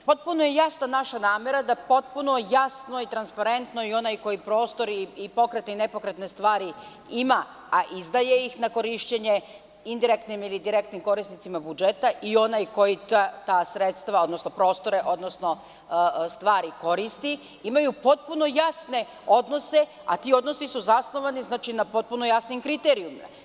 Potpuno je jasna naša namera da potpuno jasno i transparentno i onaj ko prostor i pokretne i nepokretne stvari ima, a izdaje ih na korišćenje indirektnim ili direktnim korisnicima budžeta i onaj koji ta sredstva, odnosno prostore, odnosno stvari koristi imaju potpuno jasne odnose, a ti odnosi su zasnovani na potpuno jasnim kriterijumima.